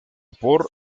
por